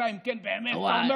אלא אם כן באמת מתעקשים,